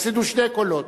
תפסידו שני קולות.